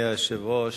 אדוני היושב-ראש,